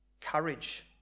courage